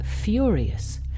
furious